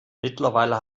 mittlerweile